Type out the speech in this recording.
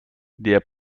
der